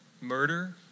murder